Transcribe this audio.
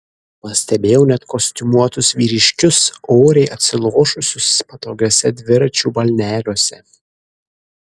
pastebėjau net kostiumuotus vyriškius oriai atsilošusius patogiuose dviračių balneliuose